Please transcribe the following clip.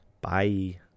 Bye